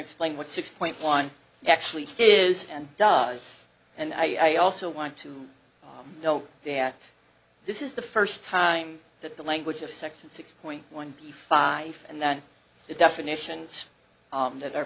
explain what six point one actually is and does and i also want to no there at this is the first time that the language of section six point one p five and then the definitions that are